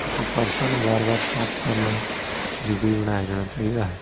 ਅਤੇ ਫਰਸ਼ਾਂ ਨੂੰ ਵਾਰ ਵਾਰ ਸਾਫ਼ ਕਰਨਾ ਜ਼ਰੂਰੀ ਬਣਾਇਆ ਜਾਣਾ ਚਾਹੀਦਾ ਹੈ